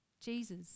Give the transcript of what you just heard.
Jesus